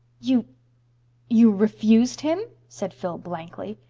you you refused him? said phil blankly.